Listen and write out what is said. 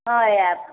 हँ आएब